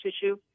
tissue